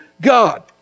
God